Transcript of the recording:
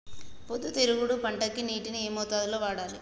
పొద్దుతిరుగుడు పంటకి నీటిని ఏ మోతాదు లో వాడాలి?